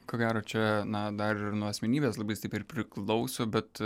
ko gero čia na dar ir nuo asmenybės labai stipriai priklauso bet